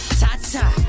ta-ta